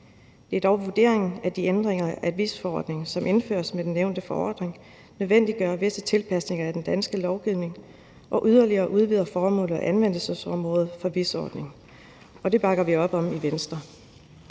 Det er dog vurderingen, at de ændringer af visumforordningen, der indføres med den nævnte forordning, nødvendiggør visse tilpasninger i den danske lovgivning. Desuden udvides formålet og anvendelsesområdet for visumordningen yderligere. Det bakker vi op om i Venstre.